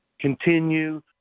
continue